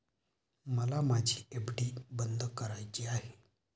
मला माझी एफ.डी बंद करायची आहे